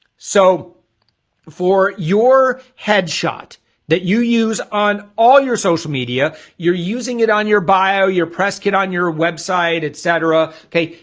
so for your headshot that you use on all your social media you're using it on your bio your press kit on your website, etc. okay,